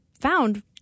found